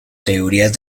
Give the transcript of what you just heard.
teorías